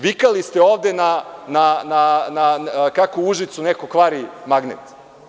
Vikali ste ovde kako u Užicu neko kvari magnet.